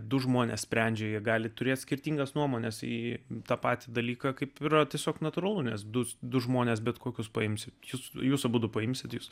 du žmonės sprendžia jie gali turėti skirtingas nuomones į tą patį dalyką kaip vyro tiesiog natūralu nes du du žmones bet kokius paimsiu jus jūsų būdu paimsiantys